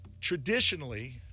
Traditionally